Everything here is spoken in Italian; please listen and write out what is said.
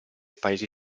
paesi